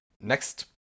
next